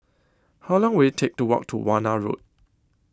How Long Will IT Take to Walk to Warna Road